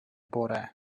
bore